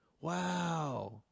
Wow